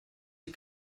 sie